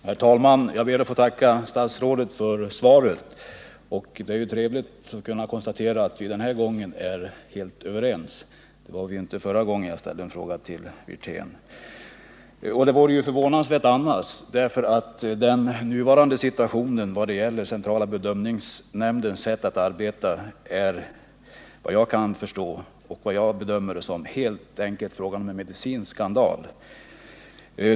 Herr talman! Jag ber att få tacka statsrådet för svaret. Det är trevligt att kunna konstatera att vi den här gången är helt överens — det var vi inte förra gången jag ställde en fråga till Rolf Wirtén — och det vore förvånansvärt annars. Den nuvarande situationen i fråga om centrala bedömningsnämndens sätt att arbeta är, såvitt jag kan förstå, helt enkelt en medicinsk skandal.